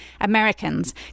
Americans